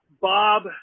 Bob